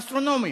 אסטרונומיים,